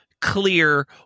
clear